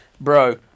Bro